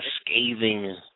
scathing